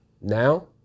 now